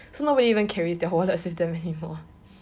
so nobody even carries their wallets with them anymore